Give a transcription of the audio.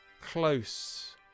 close